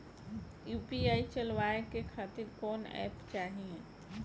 UPI चलवाए के खातिर कौन एप चाहीं?